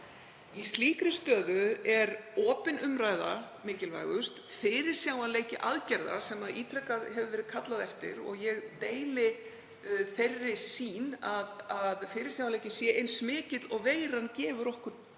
Í slíkri stöðu er opin umræða mikilvægust sem og fyrirsjáanleiki aðgerða, sem ítrekað hefur verið kallað eftir, og ég deili þeirri sýn að fyrirsjáanleiki eigi að vera eins mikill og veiran gefur okkur